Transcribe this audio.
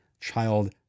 child